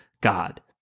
God